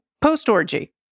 post-orgy